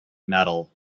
metal